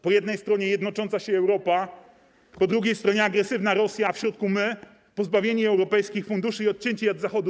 Po jednej stronie jednocząca się Europa, po drugiej stronie agresywna Rosja, a w środku my, pozbawieni europejskich funduszy i odcięci od Zachodu.